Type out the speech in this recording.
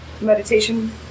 meditation